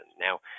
Now